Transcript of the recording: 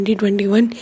2021